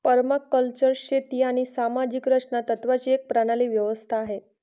permaculture शेती आणि सामाजिक रचना तत्त्वांची एक प्रणाली व्यवस्था आहे